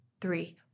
three